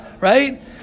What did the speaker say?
right